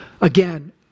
again